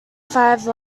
five